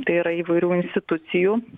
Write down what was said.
tai yra įvairių institucijų